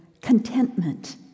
contentment